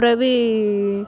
அப்பிறவு